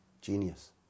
genius